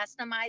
customize